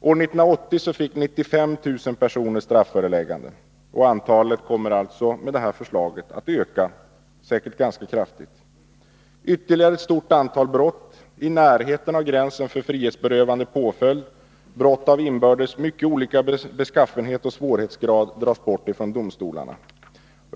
År 1980 fick 95 000 personer strafföreläggande. Antalet kommer alltså med det här förslaget att öka kraftigt. Ytterligare ett stort antal brott i närheten av gränsen för frihetsberövande påföljd, vilka inbördes har mycket olika beskaffenhet och svårighetsgrad, dras bort från domstolarna.